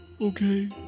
Okay